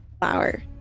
flower